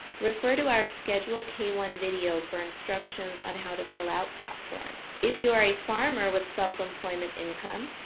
refer to our schedule k one video for instructions on how to fill out that form. if you are a farmer with self-employment income,